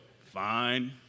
fine